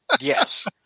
Yes